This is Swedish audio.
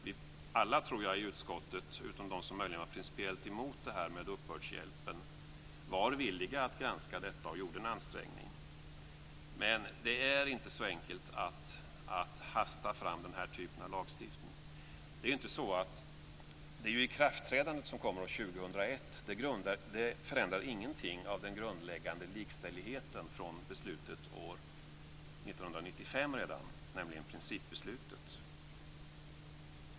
Jag tror att alla i utskottet, utom de som möjligen har något principiellt emot uppbördshjälpen, var villiga att granska detta och gjorde en ansträngning. Men det är inte så enkelt att hasta fram den här typen av lagstiftning. Det ikraftträdande som sker år 2001 förändrar ingenting i den grundläggande likställigheten från beslutet år 1995, nämligen principbeslutet.